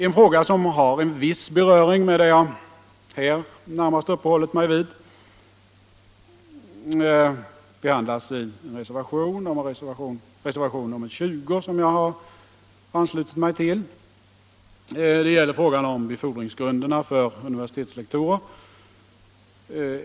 En fråga som har en viss beröring med det som jag här närmast uppehållit mig vid behandlas i reservationen 20, som jag har anslutit mig till. Det gäller frågan om befordringsgrunderna för universitetslektorer.